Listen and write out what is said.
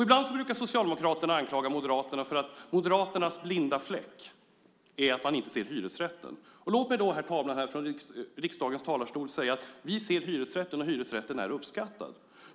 Ibland brukar Socialdemokraterna anklaga Moderaterna för att Moderaternas blinda fläck, så att säga, är att man inte ser hyresrätten. Låt mig då, herr talman, härifrån riksdagens talarstol säga att vi ser hyresrätten, och hyresrätten är uppskattad.